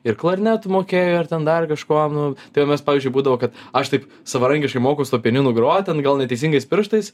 ir klarnetu mokėjo ir ten dar kažkuo nu tai mes pavyzdžiui būdavo kad aš taip savarankiškai mokaus tuo pianinu grot ten gal neteisingais pirštais